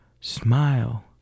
Smile